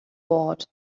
bought